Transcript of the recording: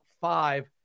five